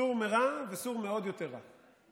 סור מרע, וסור מעוד יותר רע.